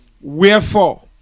Wherefore